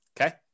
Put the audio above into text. Okay